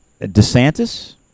DeSantis